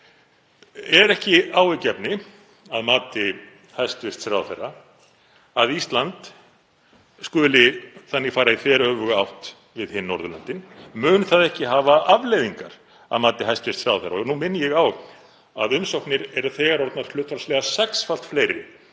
Er ekki áhyggjuefni að mati hæstv. ráðherra að Ísland skuli þannig fara í þveröfuga átt við hin Norðurlöndin? Mun það ekki hafa afleiðingar að mati hæstv. ráðherra? Og nú minni ég á að umsóknir eru þegar orðnar hlutfallslega sexfalt fleiri